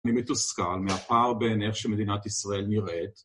אני מתוסכל, מהפער בין איך שמדינת ישראל נראית...